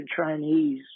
Chinese –